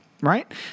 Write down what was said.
right